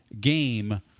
game